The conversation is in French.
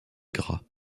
gras